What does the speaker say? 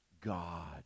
God